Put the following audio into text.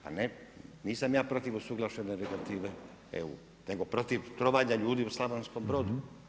Pa nisam ja protiv usuglašene regulative EU nego protiv trovanja ljudi u Slavonskom Brodu.